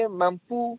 mampu